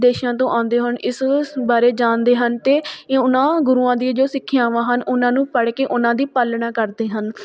ਦੇਸ਼ਾਂ ਤੋਂ ਆਉਂਦੇ ਹਨ ਇਸ ਸ ਬਾਰੇ ਜਾਣਦੇ ਹਨ ਅਤੇ ਇਹ ਉਹਨਾਂ ਗੁਰੂਆਂ ਦੀਆਂ ਜੋ ਸਿੱਖਿਆਵਾਂ ਹਨ ਉਹਨਾਂ ਨੂੰ ਪੜ੍ਹ ਕੇ ਉਹਨਾਂ ਦੀ ਪਾਲਣਾ ਕਰਦੇ ਹਨ